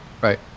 right